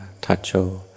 tacho